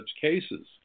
cases